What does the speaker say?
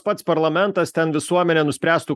pats parlamentas ten visuomenė nuspręstų